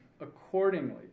accordingly